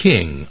King